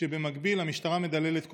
כשבמקביל המשטרה מדללת כוחות,